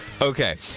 Okay